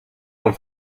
con